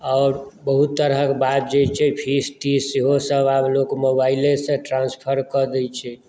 आओर बहुत तरहक बात जे छै फी सेहो सभ आब लोक मोबाइले से ट्रान्सफर कऽ दै छै